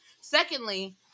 Secondly